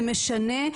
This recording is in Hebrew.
זה משנה,